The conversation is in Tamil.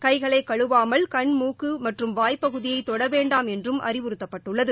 கைகளை கழுவாமல் கண் மூக்கு மற்றும் வாய் பகுதியை தொட வேண்டாம் என்றும் அறிவுறுத்தப்பட்டுள்ளது